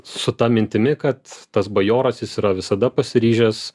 su ta mintimi kad tas bajoras jis yra visada pasiryžęs